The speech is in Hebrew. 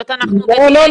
לא.